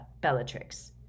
Bellatrix